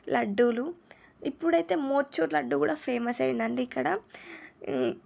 లడ్డూలు ఇప్పుడైతే మొతిచూర్ లడ్డు కూడా ఫేమస్ అయ్యిందండి ఇక్కడ